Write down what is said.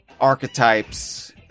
archetypes